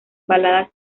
baladas